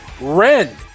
Ren